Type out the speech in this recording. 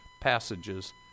passages